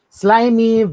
slimy